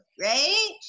right